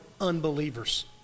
unbelievers